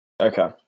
Okay